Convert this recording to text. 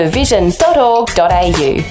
vision.org.au